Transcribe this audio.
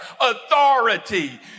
authority